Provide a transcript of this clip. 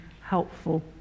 helpful